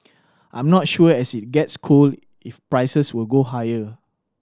I'm not sure as it gets cold if prices will go higher